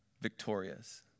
Victorious